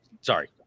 Sorry